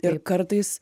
ir kartais